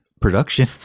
production